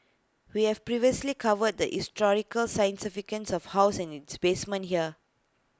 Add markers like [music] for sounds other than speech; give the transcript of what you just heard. we have previously covered the historical scientific [unintelligible] of house and its basement here